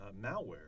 malware